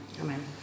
Amen